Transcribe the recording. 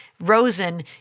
Rosen